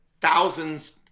thousands